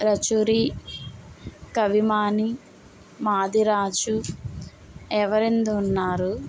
రచూరి కవిమాని మాదిరాజు ఎవరెందుఉన్నారు